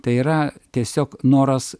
tai yra tiesiog noras